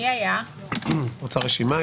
רוצה רשימה?